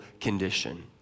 condition